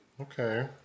okay